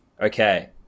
Okay